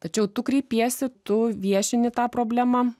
tačiau tu kreipiesi tu viešini tą problemą